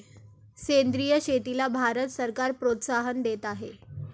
सेंद्रिय शेतीला भारत सरकार प्रोत्साहन देत आहे